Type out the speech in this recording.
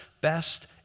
best